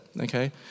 okay